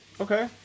Okay